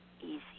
easy